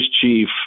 chief